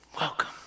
welcome